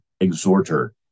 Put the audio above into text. exhorter